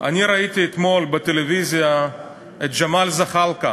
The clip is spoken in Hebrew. אני ראיתי אתמול בטלוויזיה את ג'מאל זחאלקה